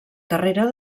carrera